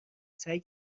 سعی